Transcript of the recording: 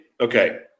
okay